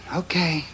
okay